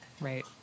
Right